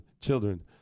children